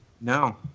No